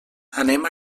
anem